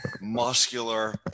muscular